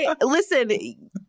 listen